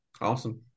Awesome